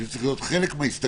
שזה צריך להיות חלק מההסתכלות.